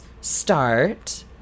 start